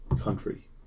country